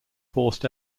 forced